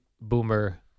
boomer